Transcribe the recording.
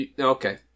Okay